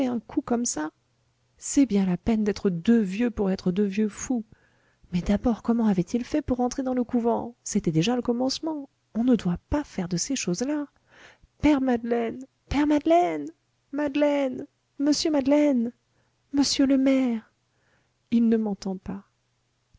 un coup comme çà c'est bien la peine d'être deux vieux pour être deux vieux fous mais d'abord comment avait-il fait pour entrer dans le couvent c'était déjà le commencement on ne doit pas faire de ces choses-là père madeleine père madeleine madeleine monsieur madeleine monsieur le maire il ne m'entend pas